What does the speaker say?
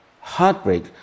Heartbreak